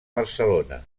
barcelona